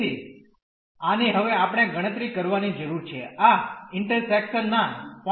તેથી આની હવે આપણે ગણતરી કરવાની જરૂર છે આ ઇન્ટર્સેકશન ના પોઈન્ટ ઓ શું છે